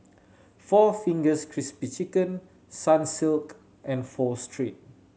four Fingers Crispy Chicken Sunsilk and Pho Street